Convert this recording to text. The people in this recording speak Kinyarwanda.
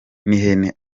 n’ihene